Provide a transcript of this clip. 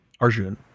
Arjun